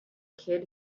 kid